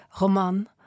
Roman